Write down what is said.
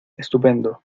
estupendo